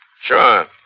Sure